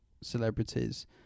celebrities